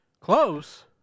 Close